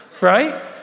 right